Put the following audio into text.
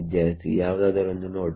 ವಿದ್ಯಾರ್ಥಿಯಾವುದಾದರೊಂದು ನೋಡ್